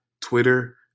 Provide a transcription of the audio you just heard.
Twitter